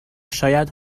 شاید